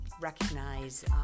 recognize